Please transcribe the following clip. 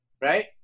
Right